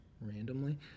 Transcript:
randomly